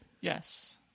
Yes